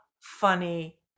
funny